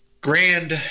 Grand